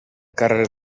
carrer